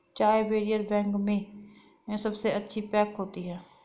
चाय barrier bag में सबसे अच्छी पैक होती है